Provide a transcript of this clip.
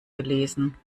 gelesen